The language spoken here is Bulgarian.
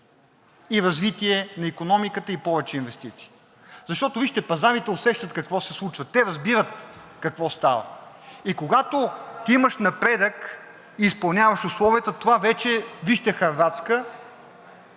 развитие на икономиката и повече инвестиции. Защото, вижте, пазарите усещат какво се случва. Те разбират какво става и когато имаш напредък и изпълняваш условията, това вече, вижте Хърватска,